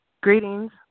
Greetings